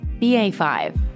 BA5